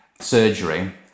surgery